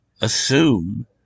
assume